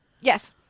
Yes